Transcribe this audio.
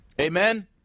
Amen